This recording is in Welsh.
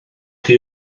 chi